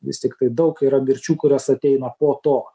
vis tiktai daug yra mirčių kurios ateina po to